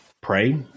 pray